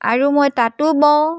আৰু মই তাঁতো বওঁ